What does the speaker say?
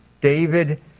David